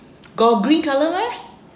got green colour meh